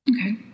Okay